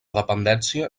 dependència